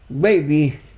baby